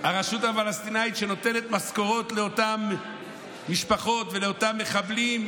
הרשות הפלסטינית נותנת משכורות לאותן משפחות ולאותם מחבלים,